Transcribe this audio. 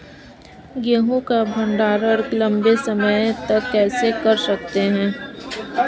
गेहूँ का भण्डारण लंबे समय तक कैसे कर सकते हैं?